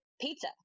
pizza